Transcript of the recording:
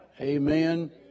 Amen